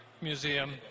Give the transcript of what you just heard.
museum